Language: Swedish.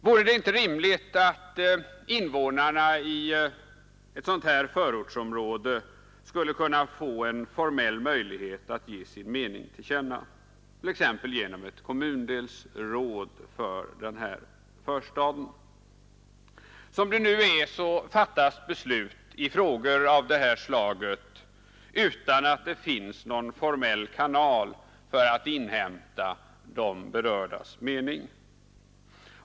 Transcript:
Vore det inte rimligt att invånarna i ett sådant förortsområde skulle kunna få en formell möjlighet att ge sin mening till känna, t.ex. genom ett kommundelsråd för denna förstad? Som det nu är fattas beslut i frågor av detta slag utan att det finns någon formell kanal för att inhämta de berördas mening.